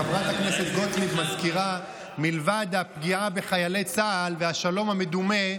חברת הכנסת גוטליב מזכירה שמלבד הפגיעה בחיילי צה"ל והשלום המדומה,